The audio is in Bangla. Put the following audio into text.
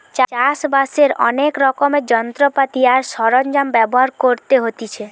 চাষ বাসের অনেক রকমের যন্ত্রপাতি আর সরঞ্জাম ব্যবহার করতে হতিছে